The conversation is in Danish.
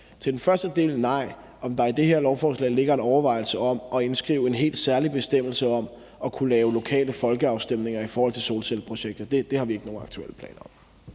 Nej. I forhold til om der i det her lovforslag ligger en overvejelse om at indskrive en helt særlig bestemmelse om at kunne lave lokale folkeafstemninger om solcelleprojekter vil jeg sige, at det har vi ikke nogen aktuelle planer om.